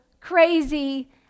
crazy